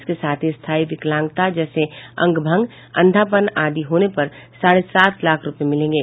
इसके साथ ही स्थायी विकलांगता जैसे अंग भंग अंधापन आदि होने पर साढ़े सात लाख रूपये मिलेंगे